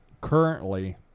currently